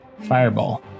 Fireball